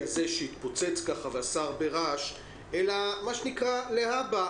הזה שהתפוצץ ועשה הרבה רעש אלא גם לבחון להבא